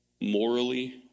morally